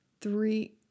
three